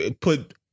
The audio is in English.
put